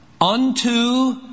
Unto